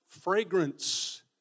fragrance